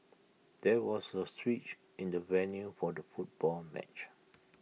there was A switch in the venue for the football match